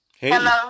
Hello